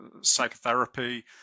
psychotherapy